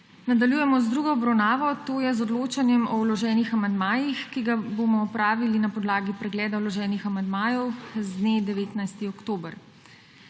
Nadaljujemo z drugo obravnavo, to je z odločanjem o vloženih amandmajih, ki ga bomo opravili na podlagi pregleda vloženih amandmajev z dne 19. oktober.